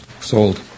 Sold